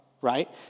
right